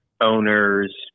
owners